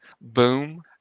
boom